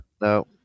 no